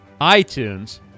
iTunes